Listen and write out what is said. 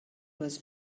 was